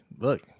Look